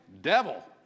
devil